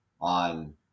on